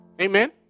Amen